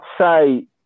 say